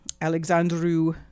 Alexandru